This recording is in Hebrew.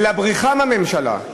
אלא בריחה מהממשלה.